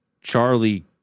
Charlie